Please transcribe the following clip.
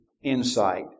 insight